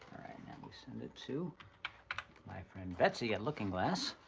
right, now we send it to my friend betsy at looking glass.